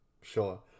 Sure